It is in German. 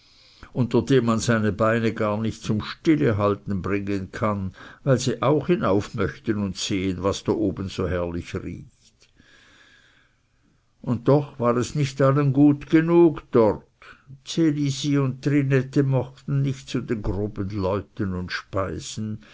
unter dem man seine beine gar nicht zum stillehalten bringen kann weil sie auch hinauf möchten und sehen was da oben so herrlich riecht und doch war es nicht allen gut genug dort ds elisi und trinette mochten nicht zu den groben leuten und speisen